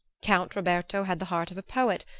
count roberto had the heart of a poet,